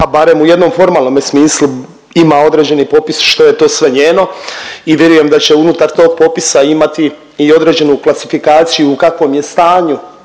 pa barem u jednom formalnome smislu ima određeni popis što je to sve njeno i vjerujem da će unutar tog popisa imati i određenu klasifikaciju u kakvom je stanju